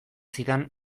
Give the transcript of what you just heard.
zidan